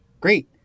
Great